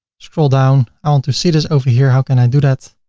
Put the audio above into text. scroll down. i want to see this over here. how can i do that?